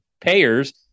payers